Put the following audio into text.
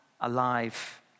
alive